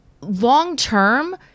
long-term